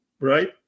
right